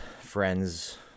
friends